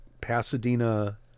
Pasadena